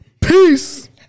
Peace